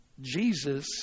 Jesus